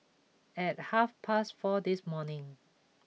at half past four this morning